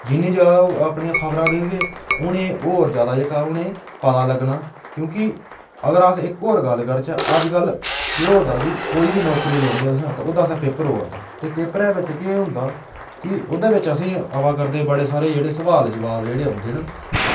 जिन्नियां जादै अपनी खबरां दिक्खऱगे उनें ई होर जादै जेह्ड़ा पता लग्गना क्योंकि अगर अस इक्क होर गल्ल करचै अगर अस केह् होआ दा की केह्दे बास्तै बी नौकरी लैनी ऐ ते ओह्दे आस्तै पेपर होआ दा ते पेपर बिच केह् होंदा ते ओह्दे बिच आवा दे असेंगी जेह्ड़े सोआल जबाव जेह्ड़े औंदे न